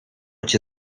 cię